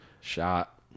shot